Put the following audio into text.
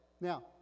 Now